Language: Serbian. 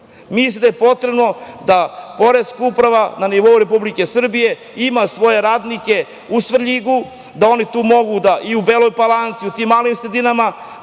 da je potrebno da Poreska uprava na nivou Republike Srbije ima svoje radnike u Svrljigu, da oni tu mogu, i u Beloj Palanci, tim malim sredinama,